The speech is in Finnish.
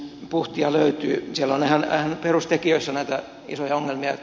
siellä on ihan perustekijöissä näitä isoja ongelmia